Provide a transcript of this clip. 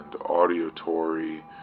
auditory